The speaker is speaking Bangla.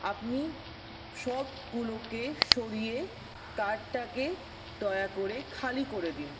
আপনি সবগুলোকে সরিয়ে কার্টটাকে দয়া করে খালি করে দিন